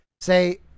Say